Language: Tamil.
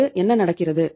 இங்கு என்ன நடக்கிறது